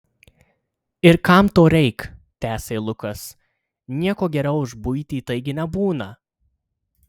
ir kam to reik tęsė lukas nieko geriau už buitį taigi nebūna